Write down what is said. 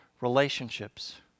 relationships